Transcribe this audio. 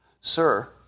Sir